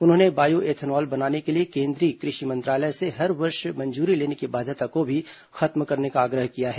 उन्होंने bio ethanol बनाने के लिए केंद्रीय क्रषि मंत्रालय से हर वर्ष मंजूरी लेने की बाध्यता को भी खत्म करने का आग्रह किया है